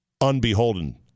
unbeholden